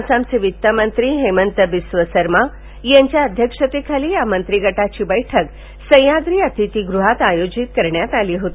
आसामचे वित्तमंत्री हेमंथा बिस्व सर्मा यांच्या अध्यक्षतेखाली या मंत्रीगटाची बैठक सह्याद्री अतिथीगृहात आयोजित करण्यात आली होती